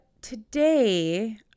today